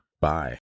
Bye